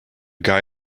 guy